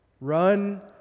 Run